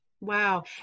Wow